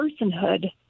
personhood